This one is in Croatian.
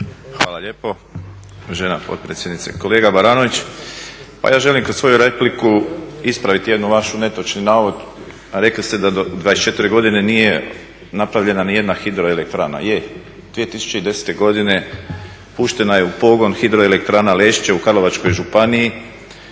Hvala lijepo uvažena potpredsjednice. Kolega Baranović, pa ja želim kroz svoju repliku ispraviti jedan vaš netočni navod, a rekli ste da do 24 godine nije napravljena ni jedna hidroelektrana. Je, 2010. godine puštena je u pogon hidroelektrana Lešće u Karlovačkoj županiji